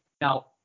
Now